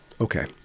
Okay